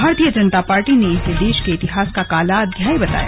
भारतीय जनता पार्टी ने इसे देश के इतिहास का काला अध्याय बताया